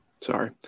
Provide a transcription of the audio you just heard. Sorry